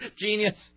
Genius